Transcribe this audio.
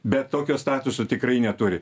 bet tokio statuso tikrai neturi